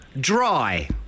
Dry